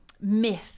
myth